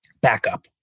backup